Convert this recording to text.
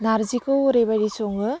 नारजिखौ ओरैबादि सङो